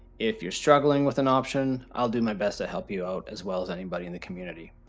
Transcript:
if you're struggling with an option, i'll do my best to help you out as well as anybody in the community.